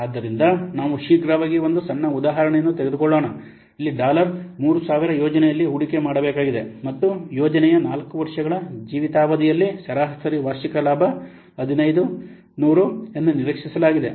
ಆದ್ದರಿಂದ ನಾವು ಶೀಘ್ರವಾಗಿ ಒಂದು ಸಣ್ಣ ಉದಾಹರಣೆಯನ್ನು ತೆಗೆದುಕೊಳ್ಳೋಣ ಇಲ್ಲಿ ಡಾಲರ್ 3000 ಯೋಜನೆಯಲ್ಲಿ ಹೂಡಿಕೆ ಮಾಡಬೇಕಾಗಿದೆ ಮತ್ತು ಯೋಜನೆಯ ನಾಲ್ಕು ವರ್ಷಗಳ ಜೀವಿತಾವಧಿಯಲ್ಲಿ ಸರಾಸರಿ ವಾರ್ಷಿಕ ಲಾಭ 1500 ಡಾಲರ್ ಎಂದು ನಿರೀಕ್ಷಿಸಲಾಗಿದೆ